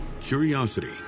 curiosity